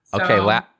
Okay